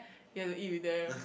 you have to eat with them